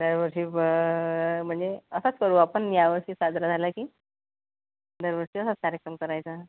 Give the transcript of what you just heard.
दरवर्षी पं म्हणजे असाच करू आपण यावर्षी साजरा झाला की दरवर्षी असाच कार्यक्रम करायचा